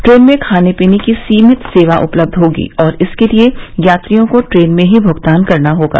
train में खाने पीने की सीमित सेवा उपलब्ध होगी और इसके लिए यात्रियों को ट्रेन में ही भूगतान करना होगा